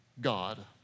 God